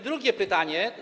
Drugie pytanie.